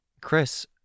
Chris